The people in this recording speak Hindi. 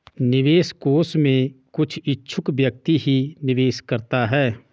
निवेश कोष में कुछ इच्छुक व्यक्ति ही निवेश करता है